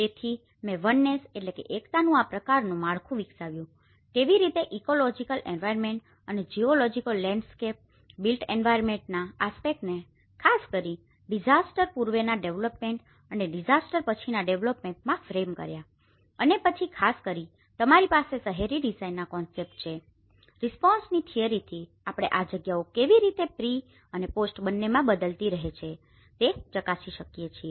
તેથી મેં વનનેસonenessએકતાનું આ પ્રકારનું માળખું વિકસાવ્યું કેવી રીતે ઇકોલોજીકલ એન્વાયરમેન્ટ અને જીઓલોજીકલ લેન્ડસ્કેપ બિલ્ટ એન્વાયરમેન્ટના આસ્પેક્ટને ખાસ કરીને ડીઝાસ્ટર પૂર્વેના ડેવેલપમેન્ટ અને ડીઝાસ્ટર પછીના ડેવેલપમેન્ટમાં ફ્રેમ કર્યા અને પછી ખાસ કરીને તમારી પાસે શહેરી ડિઝાઇનના કોન્સેપ્ટ છે રીસ્પોન્ડ ની થીઅરી થી આપણે આ જગ્યાઓ કેવી રીતે પ્રી અને પોસ્ટ બંનેમાં બદલાતી રહે છે તે ચકાસી શકીએ છીએ